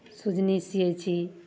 सुजनी सियैत छी